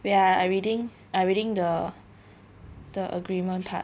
wait ah I reading I reading the the agreement part